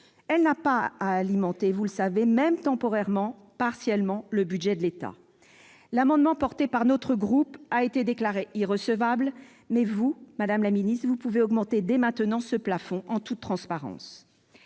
elle n'a pas vocation à alimenter, vous le savez, même temporairement et partiellement, le budget de l'État ! L'amendement porté par notre groupe a été déclaré irrecevable, mais vous, madame la ministre, vous pouvez augmenter dès maintenant ce plafond en toute transparence.